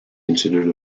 considered